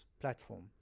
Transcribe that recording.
platform